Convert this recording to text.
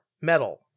Metal